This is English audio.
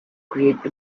create